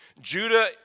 Judah